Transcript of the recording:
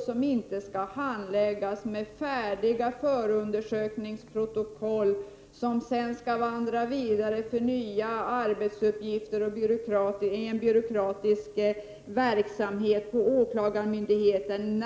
Dessa skall inte handläggas med färdiga förundersökningsprotokoll, som sedan skall vandra vidare och skapa nya arbetsuppgifter i en byråkratisk verksamhet inom åklagarmyndigheten.